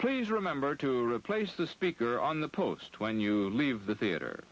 please remember to replace the speaker on the post when you leave the theater